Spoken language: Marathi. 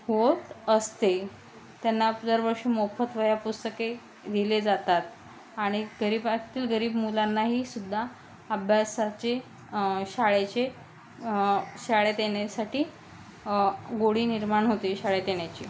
हो असते त्यांना जर वर्ष मोफत वह्या पुस्तके दिले जातात आणि गरिबातील गरीब मुलांनाही सुद्धा अभ्यासाचे शाळेचे शाळेत येणेसाठी गोडी निर्माण होते शाळेत येण्याची